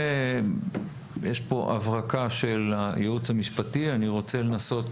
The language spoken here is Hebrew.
יש כאן הברקה של הייעוץ המשפטי ואני רוצה לנסות